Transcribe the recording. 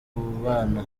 bana